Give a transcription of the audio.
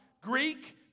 Greek